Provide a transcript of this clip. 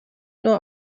nur